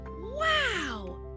Wow